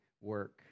work